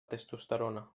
testosterona